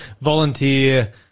volunteer